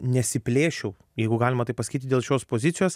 nesiplėšiau jeigu galima taip pasakyti dėl šios pozicijos